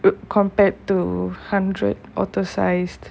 wait compared to hundred otter sized